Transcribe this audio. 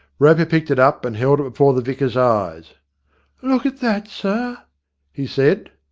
roper picked it up and held it before the vicar's eyes look at that, sir he said.